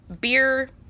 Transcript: beer